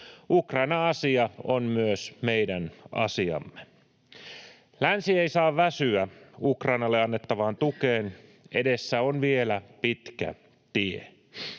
Ukrainan asia on myös meidän asiamme. Länsi ei saa väsyä Ukrainalle annettavaan tukeen. Edessä on vielä pitkä tie.